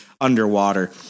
underwater